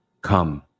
Come